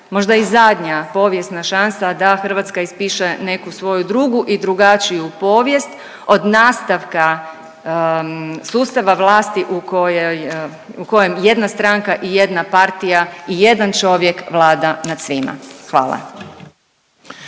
možda i zadnja povijesna šansa da Hrvatska ispiše neku svoju drugu i drugačiju povijest od nastavka sustav vlasti u kojem jedna stranka i jedna partija i jedan čovjek vlada nad svima. Hvala.